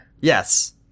Yes